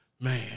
Man